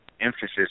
emphasis